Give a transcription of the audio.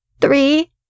Three